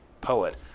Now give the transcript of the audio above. poet